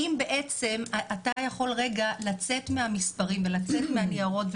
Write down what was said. האם בעצם אתה יכול רגע לצאת מהמספרים ולצאת מהניירות.